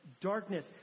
darkness